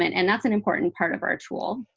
and that's an important part of our tool.